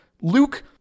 Luke